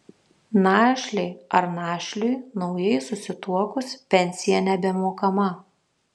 našlei ar našliui naujai susituokus pensija nebemokama